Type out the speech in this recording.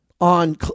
on